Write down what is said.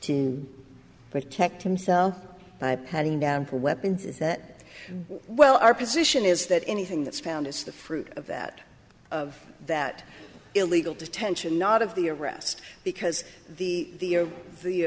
to protect himself by putting down her weapons is that well our position is that anything that's found is the fruit of that of that illegal detention not of the arrest because the the